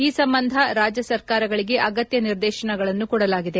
ಈ ಸಂಬಂಧ ರಾಜ್ಯ ಸರ್ಕಾರಗಳಿಗೆ ಅಗತ್ಯ ನಿರ್ದೇಶನಗಳನ್ನು ಕೊಡಲಾಗಿದೆ